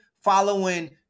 following